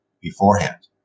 beforehand